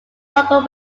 local